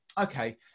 okay